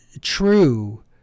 true